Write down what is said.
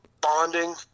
bonding